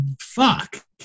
Fuck